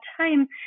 time